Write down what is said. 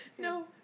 No